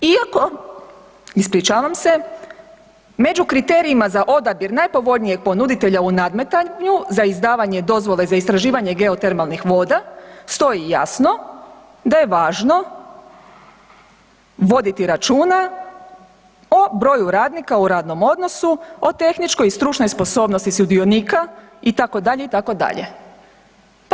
Iako, ispričavam se, među kriterijima za odabir najpovoljnijeg ponuditelja u nadmetanju za izdavanje dozvole za istraživanje geotermalnih voda stoji jasno da je važno voditi računa o broju radnika u radnom odnosu, o tehničkoj i stručnoj sposobnosti sudionika i tako dalje i tako dalje.